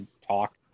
Talk